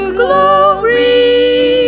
glory